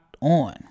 on